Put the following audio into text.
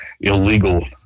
illegal